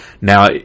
Now